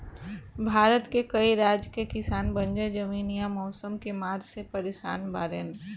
भारत के कई राज के किसान बंजर जमीन या मौसम के मार से परेसान बाड़ेन